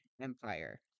empire